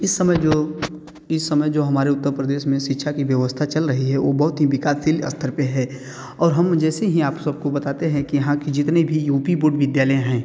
इस समय जो इस समय जो हमारे उत्तर प्रदेश में शिक्षा की व्यवस्था चल रही है वो बहुत ही विकासशील स्तर पर है और हम जैसे ही आप सब को बताते हैं कि यहाँ की जीतने भी यू पी बोर्ड विद्यालय हैं